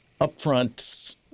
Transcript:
upfront